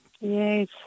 Yes